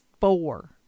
four